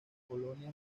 colonias